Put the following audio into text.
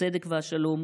הצדק והשלום,